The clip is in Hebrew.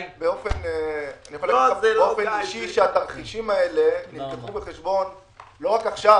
אני יכול להגיד לך באופן אישי שהתרחישים האלה נלקחו בחשבון לא רק עכשיו,